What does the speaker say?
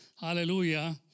Hallelujah